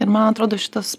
ir man atrodo šitas